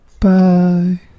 Bye